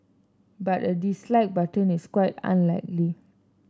but a dislike button is quite unlikely